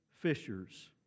fishers